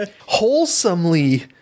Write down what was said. wholesomely